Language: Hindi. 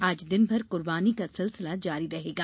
आज दिनभर कुर्बानी का सिलसिला जारी रहेगा